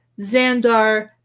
Xandar